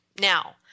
Now